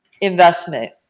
investment